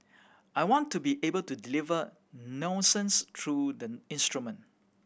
I want to be able to deliver nuances through the instrument